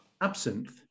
Absinthe